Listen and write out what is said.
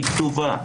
היא כתובה,